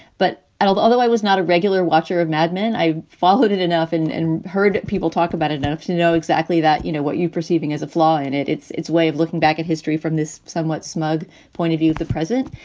but and although although i was not a regular watcher of mad men, i followed it enough and and heard people talk about it enough, actually know exactly that you know, what you perceiving as a flaw in it, its its way of looking back at history from this somewhat smug point of view of the present.